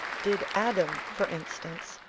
did adam, for instance,